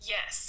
Yes